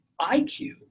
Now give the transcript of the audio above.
IQ